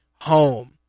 home